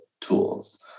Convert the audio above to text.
tools